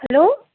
hello